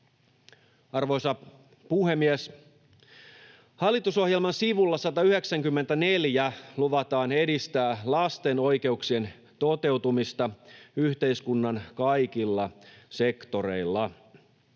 Arvoisa puhemies! Hallitusohjelman sivulla 194 luvataan edistää lasten oikeuksien toteutumista yhteiskunnan kaikilla sektoreilla.